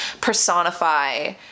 personify